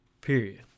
Period